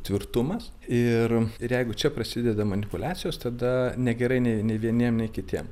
tvirtumas ir ir jeigu čia prasideda manipuliacijos tada negerai nei nei vieniem nei kitiem